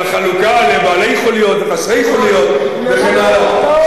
החלוקה לבעלי חוליות וחסרי חוליות וכן הלאה,